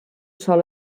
sol